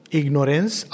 ignorance